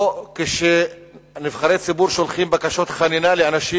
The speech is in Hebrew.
או כשנבחרי ציבור שולחים בקשות חנינה לאנשים